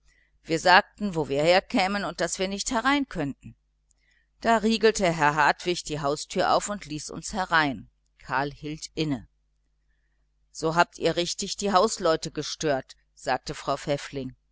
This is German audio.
wir sagten wo wir herkämen und daß wir nicht hereinkönnten da riegelte herr hartwig die haustüre auf und ließ uns herein karl hielt inne so habt ihr richtig die hausleute gestört sagte frau pfäffling